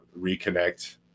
reconnect